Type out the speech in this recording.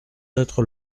être